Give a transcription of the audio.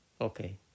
Okay